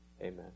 Amen